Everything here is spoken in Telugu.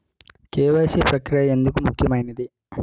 కే.వై.సీ ప్రక్రియ ఎందుకు ముఖ్యమైనది?